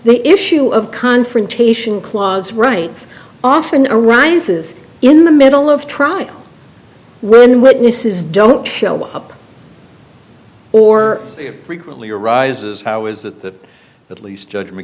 the issue of confrontation clause rights often arises in the middle of trial when witnesses don't show up or frequently arises how is that at least judg